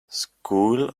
school